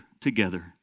together